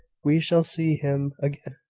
we shall see him again,